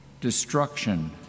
Destruction